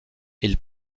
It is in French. ils